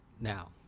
now